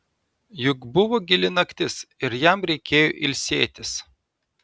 juk buvo gili naktis ir jam reikėjo ilsėtis